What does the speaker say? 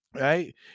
Right